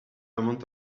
amount